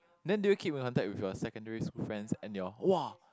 then do you keep in contact with your secondary school friends and your !wah!